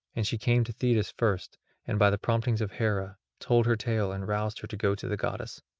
and she came to thetis first and, by the promptings of hera, told her tale and roused her to go to the goddess.